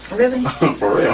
really? for real.